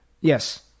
Yes